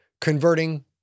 converting